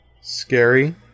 scary